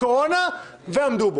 ואומרת: